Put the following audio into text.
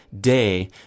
day